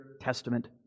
testament